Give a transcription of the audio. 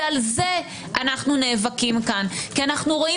ועל זה אנו נאבקים פה כי אנו רואים